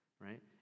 right